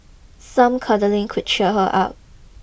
some cuddling could cheer her up